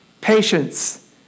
patience